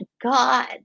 God